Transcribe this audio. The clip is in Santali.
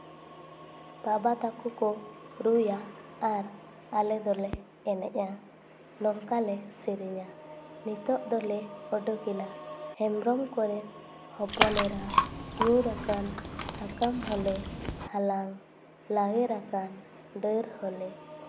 ᱵᱟᱵᱟ ᱛᱟᱠᱚ ᱠᱚ ᱨᱩᱭᱟ ᱟᱨ ᱟᱞᱮ ᱫᱚᱞᱮ ᱮᱱᱮᱡᱼᱟ ᱱᱚᱝᱠᱟ ᱞᱮ ᱥᱮᱨᱮᱧᱟ ᱱᱤᱛᱳᱜ ᱫᱚᱞᱮ ᱱᱩᱰᱩᱠᱮᱱᱟ ᱦᱮᱢᱵᱨᱚᱢ ᱠᱚᱨᱮᱱ ᱦᱚᱯᱚᱱᱮᱨᱟ ᱧᱩᱨᱟᱠᱟᱱ ᱥᱟᱠᱟᱢ ᱦᱚᱸᱞᱮ ᱦᱟᱞᱟᱝ ᱞᱟᱣᱮᱨᱟᱠᱟᱱ ᱰᱟᱹᱨ ᱦᱚᱸᱞᱮ